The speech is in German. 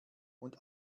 und